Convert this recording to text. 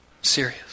Serious